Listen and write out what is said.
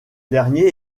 dernier